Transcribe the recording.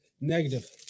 Negative